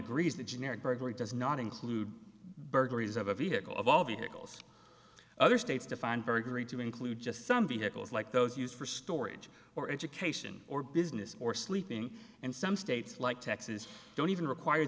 agrees that generic burglary does not include burglaries of a vehicle of all vehicles other states defined very very to include just some vehicles like those used for storage or education or business or sleeping and some states like texas don't even require